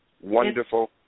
wonderful